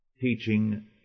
teaching